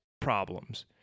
problems